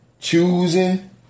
Choosing